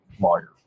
lawyer